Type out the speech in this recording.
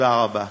תודה רבה.